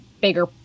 bigger